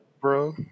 bro